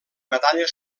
medalla